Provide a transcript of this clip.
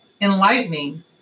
enlightening